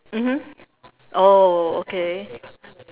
mmhmm oh okay